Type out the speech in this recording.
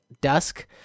dusk